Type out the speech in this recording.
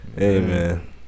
Amen